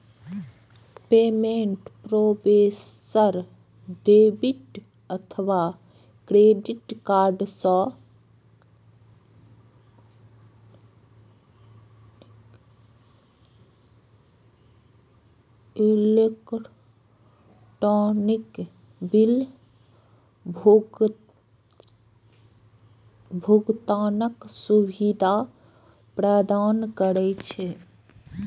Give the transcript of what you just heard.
payment processor debit अथवा credit card सं electronic bill भुगतानक सुविधा प्रदान करै छै